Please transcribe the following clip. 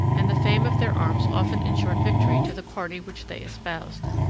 and the fame of their arms often insured victory to the party which they espoused.